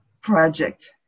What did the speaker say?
project